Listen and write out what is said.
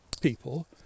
people